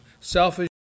selfish